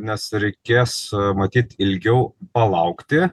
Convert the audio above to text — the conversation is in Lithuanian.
nes reikės matyt ilgiau palaukti